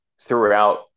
throughout